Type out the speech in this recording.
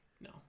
no